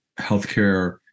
healthcare